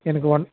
எனக்கு ஒன்